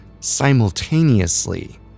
simultaneously